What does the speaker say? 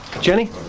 Jenny